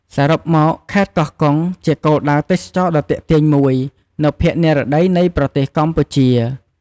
សរុបមក ខេត្តកោះកុង ជាគោលដៅទេសចរណ៍ដ៏ទាក់ទាញមួយនៅភាគនិរតីនៃប្រទេសកម្ពុជា។